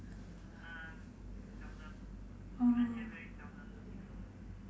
oh